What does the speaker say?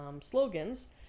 slogans